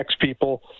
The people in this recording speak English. people